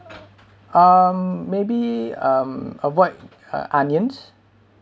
um maybe um avoid uh onions